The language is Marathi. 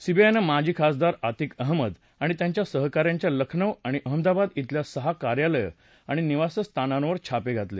सीबीआयनं माजी खासदार अतिक अहमद आणि त्यांच्या सहका यांच्या लखनौ आणि अहमदाबाद शिल्या सहा कार्यालयं आणि निवासस्थानांवर छापे घातले